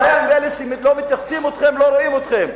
הבעיה עם אלה שלא מתייחסים אליכם, לא רואים אתכם.